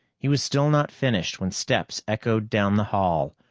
he was still not finished when steps echoed down the hall,